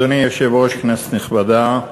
אדוני היושב-ראש, כנסת נכבדה,